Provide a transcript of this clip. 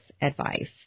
advice